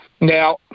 Now